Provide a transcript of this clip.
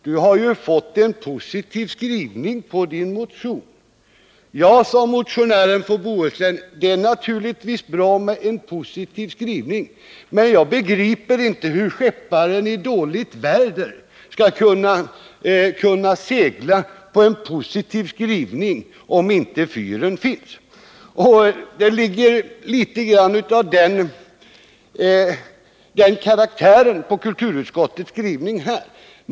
Du har ju fått en positiv skrivning på din motion.” ”Ja”, sade motionären från Bohuslän, ”det är naturligtvis bra med en positiv skrivning, men jag begriper inte hur skepparen i dåligt väder skall kunna segla på en positiv skrivning om inte fyren finns.” Det är litet grand av den karaktären i kulturutskottets skrivning.